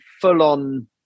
full-on